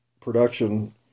production